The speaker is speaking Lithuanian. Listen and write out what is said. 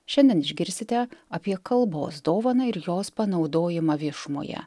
šiandien išgirsite apie kalbos dovaną ir jos panaudojimą viešumoje